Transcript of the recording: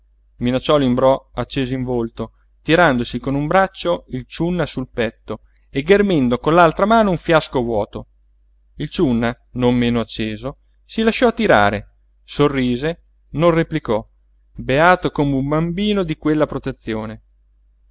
minacciò l'imbrò acceso in volto tirandosi con un braccio il ciunna sul petto e ghermendo con l'altra mano un fiasco vuoto il ciunna non meno acceso si lasciò attirare sorrise non replicò beato come un bambino di quella protezione